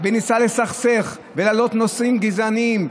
וניסה לסכסך ולהעלות נושאים גזעניים,